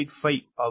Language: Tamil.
985 ஆகும்